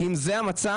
כי אם זה המצב,